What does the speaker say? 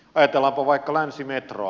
ajatellaanpa vaikka länsimetroa